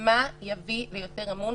מה יביא ליותר אמון,